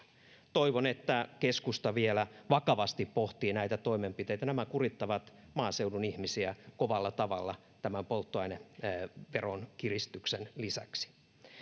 toivon että keskusta vielä vakavasti pohtii näitä toimenpiteitä nämä kurittavat maaseudun ihmisiä kovalla tavalla tämän polttoaineveron kiristyksen lisäksi